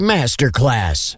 Masterclass